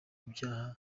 ibyaha